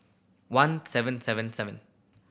one seven seven seven